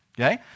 Okay